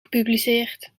gepubliceerd